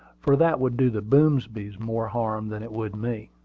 for that would do the boomsbys more harm than it would me.